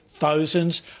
Thousands